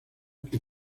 que